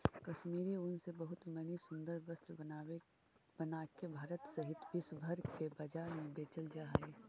कश्मीरी ऊन से बहुत मणि सुन्दर वस्त्र बनाके भारत सहित विश्व भर के बाजार में बेचल जा हई